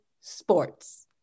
sports